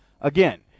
Again